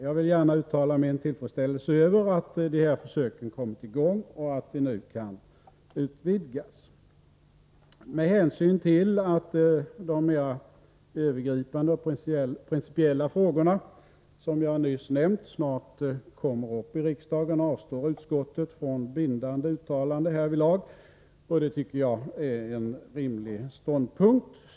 Jag vill gärna uttala min tillfredsställelse över att de här försöken har kommit i gång och att de nu kan utvidgas. Med hänsyn till att de mera övergripande och principiella frågorna snart kommer upp i riksdagen, avstår utskottet från bindande uttalanden härvidlag. Det tycker jag är en rimlig ståndpunkt.